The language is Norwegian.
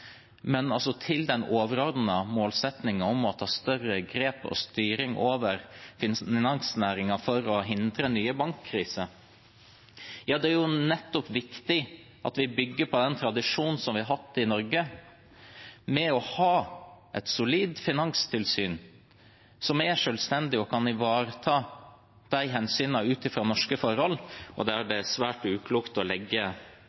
Men til den overordnede målsettingen om å ta større grep og styring over finansnæringen for å hindre nye bankkriser: Det er viktig at vi bygger på den tradisjonen som vi har hatt i Norge med å ha et solid finanstilsyn, som er selvstendig og kan ivareta hensynene ut fra norske forhold. Da er det svært uklokt å legge